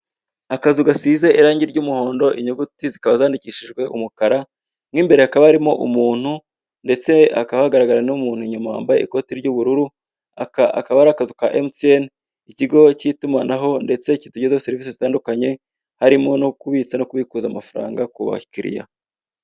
Akazu gasize irangi ry'umuhondo, inyuguti zikaba zandikishijwe umukara, mo imbere hakaba harimo umuntu ndetse akaba hagaragara n'umuntu inyuma wambaye ikoti ry'ubururu, aka akaba ari akazu ka emutiyene, ikigo cy'itumanaho ndetse kitugezaho serivisi zitandukanye harimo no kubitsa no kubikuza amafaranga ku bakiriya.